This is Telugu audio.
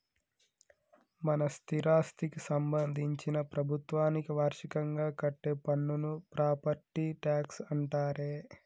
మన స్థిరాస్థికి సంబందించిన ప్రభుత్వానికి వార్షికంగా కట్టే పన్నును ప్రాపట్టి ట్యాక్స్ అంటారే